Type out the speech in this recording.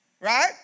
right